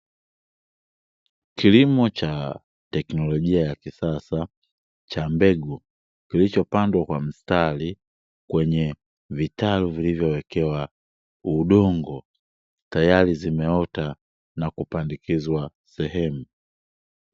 Kilimo cha teknolojia ya kisasa cha mbegu, kilichopandwa kwa mstari kwenye vitalu vilivyowekewa udongo, tayari zimeota na kupandikizwa sehemu.